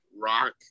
rock